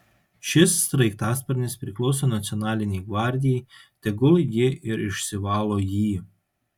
šis sraigtasparnis priklauso nacionalinei gvardijai tegul ji ir išsivalo jį